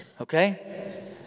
okay